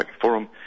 Forum